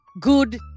Good